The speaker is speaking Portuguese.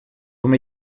uma